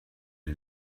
den